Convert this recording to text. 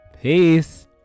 Peace